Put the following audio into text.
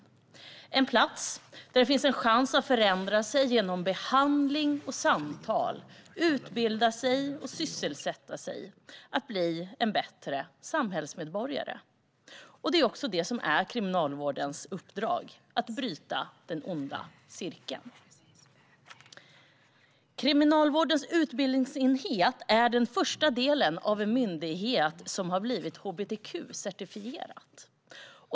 Det ska vara en plats där det finns en chans att förändras och bli en bättre samhällsmedborgare genom behandling, samtal, utbildning och sysselsättning. Kriminalvårdens uppdrag är ju att bryta den onda cirkeln. Kriminalvårdens utbildningsenhet är den första delen av en myndighet som har blivit hbtq-certifierad.